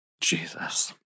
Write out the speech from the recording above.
Jesus